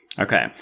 Okay